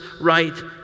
right